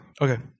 Okay